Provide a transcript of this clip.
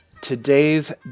Today's